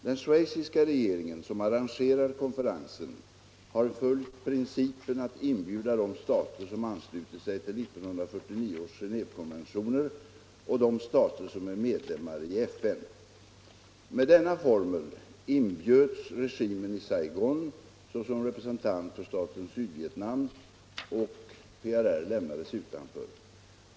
Den schweiziska regeringen, som arrangerar konferensen, har följt principen att inbjuda de stater som anslutit sig till 1949 års Geneévekonventioner och de stater som är medlemmar i FN. Med denna formel inbjöds regimen i Saigon såsom representant för staten Sydvietnam och PRR lämnades utanför.